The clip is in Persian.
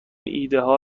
ایدهها